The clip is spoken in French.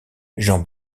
jean